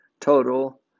total